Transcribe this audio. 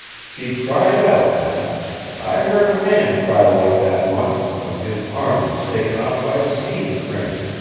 she cried out then i heard a man cry like that once, when his arm was taken off by a steam-crane